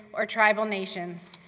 or tribal nations,